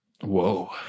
Whoa